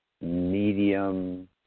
medium